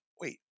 wait